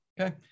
Okay